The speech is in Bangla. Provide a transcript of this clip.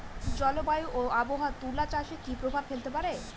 জলবায়ু ও আবহাওয়া তুলা চাষে কি প্রভাব ফেলতে পারে?